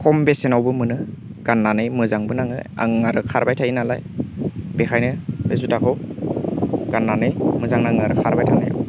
खम बेसेनावबो मोनो गाननानै मोजांबो नाङो आं आरो खारबाय थायो नालाय बेनिखायनो बे जुटाखौ गाननानै मोजां नाङो आरो खारबाय थानायाव